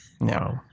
No